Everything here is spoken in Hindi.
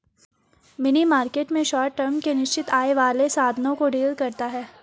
मनी मार्केट में शॉर्ट टर्म के निश्चित आय वाले साधनों को डील करता है